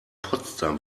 potsdam